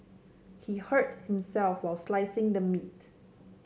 he hurt himself while slicing the meat